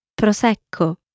Prosecco